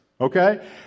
okay